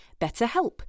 BetterHelp